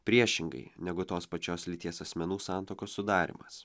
priešingai negu tos pačios lyties asmenų santuokos sudarymas